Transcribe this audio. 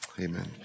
Amen